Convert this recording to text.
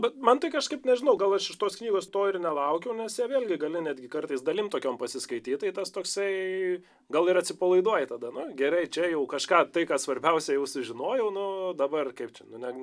bet man tai kažkaip nežinau gal aš iš tos knygos to ir nelaukiau nes čia vėl gi gali netgi kartais dalim tokiom pasiskaityt tai tas toksai gal ir atsipalaiduoji tada nu gerai čia jau kažką tai kad svarbiausia jau sužinojau nu dabar kaip čia nu ne